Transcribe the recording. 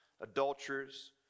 adulterers